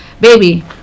Baby